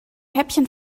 häppchen